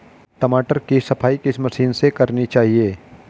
टमाटर की सफाई किस मशीन से करनी चाहिए?